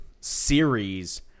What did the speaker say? series